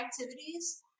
activities